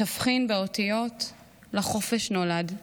תבחין באותיות / לחופש נולד".